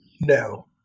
No